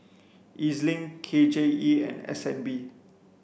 E Z Link K J E and S N B